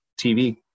TV